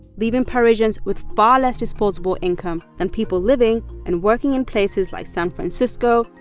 leaving parisians with far less disposable income than people living and working in places like san francisco,